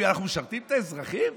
אנחנו משרתים את האזרחים?